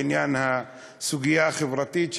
בעניין הסוגיה החברתית,